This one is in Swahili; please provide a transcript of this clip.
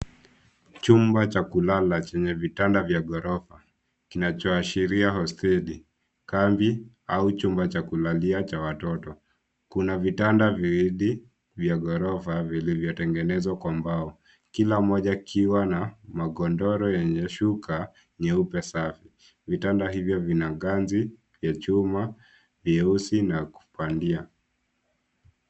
Chumba cha kulala chenye vitanda vya ghorofa kinacho ashiria hosteli, kambi au chumba cha kulalia cha watoto, kuna vitanda viwili vya ghorofa vilivyotengenezwa kwa mbao, kila moja kikiwa na magodoro yenye shuka nyeupe safi, vitanda hivyo vina ganzi ya chuma nyeusi na ya kupandia.